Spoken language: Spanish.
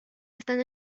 están